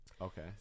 Okay